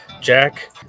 Jack